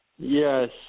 Yes